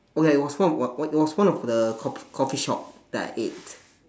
oh ya it was one one it was one of the cof~ coffee shop that I ate